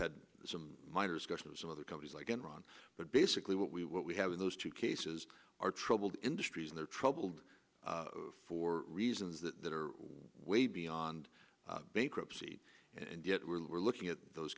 had some minor discussion of some other companies like enron but basically what we what we have in those two cases are troubled industries and they're troubled for reasons that are way beyond bankruptcy and yet we're looking at those